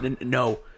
No